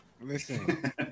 Listen